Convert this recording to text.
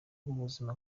rw’ubuzima